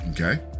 Okay